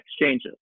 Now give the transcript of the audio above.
exchanges